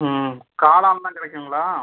ஆ காளான்லாம் கிடைக்குங்களா